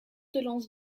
lance